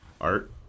art